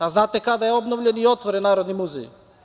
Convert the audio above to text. A, znate li kada je obnovljen i otvoren Narodni muzej?